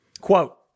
Quote